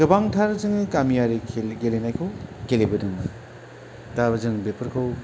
गोबांथार जोङो गामियारि खेल गेलेनायखौ गेलेबोदोंमोन दा जों बेफोरखौ